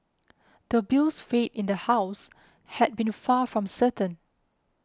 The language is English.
the bill's fate in the house had been far from certain